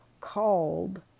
called